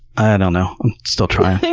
i don't know. i'm still trying.